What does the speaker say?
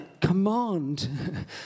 command